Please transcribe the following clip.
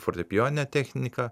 fortepijoninę techniką